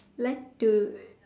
like to